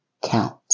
count